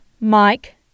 Mike